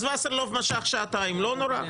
אז וסרלאוף משך שעתיים, לא נורא.